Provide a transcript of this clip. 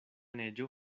neĝo